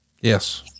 Yes